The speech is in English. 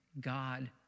God